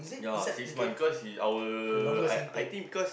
ya he's my because he our I I think because